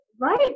Right